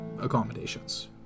accommodations